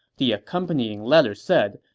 the accompanying letter said,